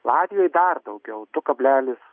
latvijoje dar daugiau du kablelis